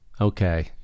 Okay